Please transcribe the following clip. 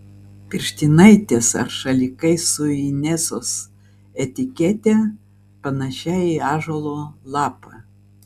pirštinaitės ar šalikai su inesos etikete panašia į ąžuolo lapą